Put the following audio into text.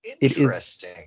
interesting